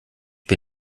bin